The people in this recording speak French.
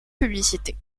publicité